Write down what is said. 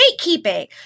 gatekeeping